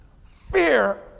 fear